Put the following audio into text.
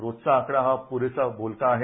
रोजचा आकडा हा पुरेसा बोलका आहे